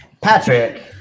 Patrick